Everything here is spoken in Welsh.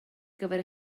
gyfer